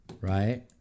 right